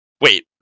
Wait